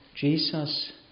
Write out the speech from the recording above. Jesus